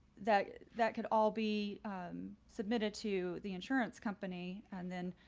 that that could all be submitted to the insurance company, and then